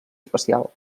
especial